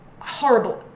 horrible